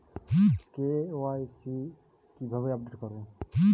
KYC কিভাবে update করব?